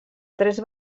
tres